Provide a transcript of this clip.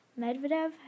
Medvedev